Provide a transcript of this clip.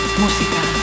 música